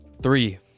three